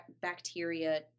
bacteria